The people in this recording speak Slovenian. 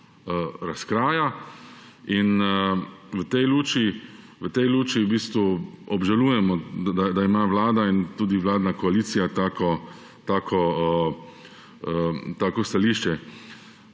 razkraja. V tej luči v bistvu obžalujemo, da ima Vlada in tudi vladna koalicija tako stališče.